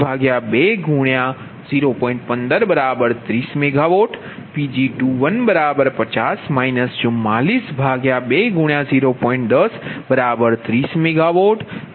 1530MW Pg250 4420